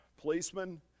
policemen